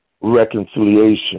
reconciliation